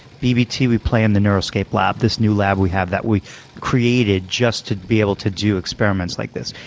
bbt we play in the neuroscape lab, this new lab we have that we created just to be able to do experiments like this.